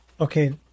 Okay